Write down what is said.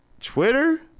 Twitter